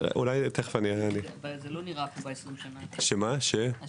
זה לא פה ב-20 שנה הקרובות.